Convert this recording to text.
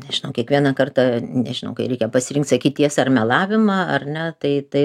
nežinau kiekvieną kartą nežinau kai reikia pasirinkt sakyt tiesą ar melavimą ar ne tai tai